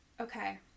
okay